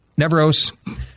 Neveros